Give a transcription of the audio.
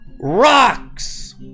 rocks